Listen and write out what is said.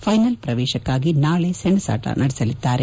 final ಪ್ರವೇಶಕ್ನಾಗಿ ನಾಳೆ ಸೆಣಸಾಟ ನಡೆಸಲಿದ್ದಾರೆ